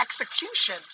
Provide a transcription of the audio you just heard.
execution